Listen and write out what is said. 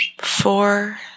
Four